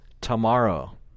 tomorrow